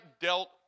dealt